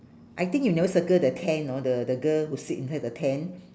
I think you never circle the tent know the the girl who sit inside the tent